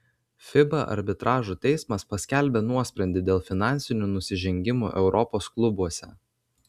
fiba arbitražo teismas paskelbė nuosprendį dėl finansinių nusižengimų europos klubuose